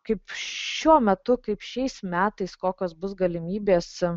kaip šiuo metu kaip šiais metais kokios bus galimybės